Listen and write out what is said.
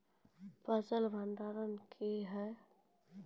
फसल भंडारण क्या हैं?